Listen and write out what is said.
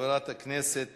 חברת הכנסת